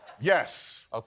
Yes